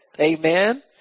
Amen